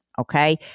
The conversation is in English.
okay